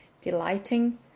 delighting